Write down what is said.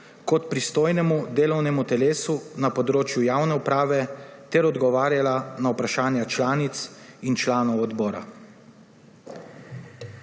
kot pristojnemu delovnemu telesu na področju javne uprave ter odgovarjala na vprašanja članic in članov odbora.